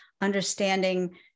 understanding